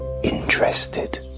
Interested